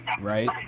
right